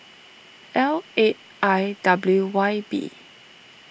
L eight I W Y B